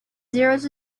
zeros